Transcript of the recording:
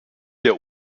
der